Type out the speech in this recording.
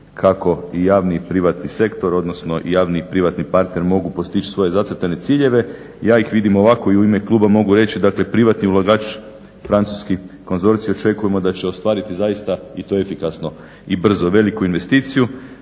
kako javni i privatni sektor, odnosno i javni i privatni partner mogu postići svoje zacrtane ciljeve. Ja ih vidim ovako, i u ime kluba mogu reći, privatni ulagač Francuski konzorcij, očekujemo da će ostvariti zaista i to efikasno i brzo veliku investiciju,